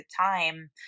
time